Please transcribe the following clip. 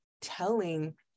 telling